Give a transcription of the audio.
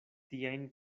tiajn